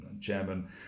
chairman